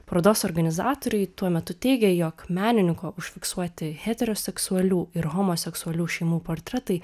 parodos organizatoriai tuo metu teigė jog menininko užfiksuoti heteroseksualių ir homoseksualių šeimų portretai